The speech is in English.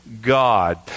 God